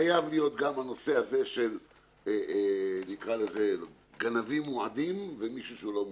חייב להיות גם הנושא הזה של גנבים מועדים ומישהו שהוא לא מועד.